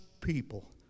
people